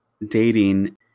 Dating